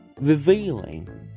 revealing